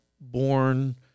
born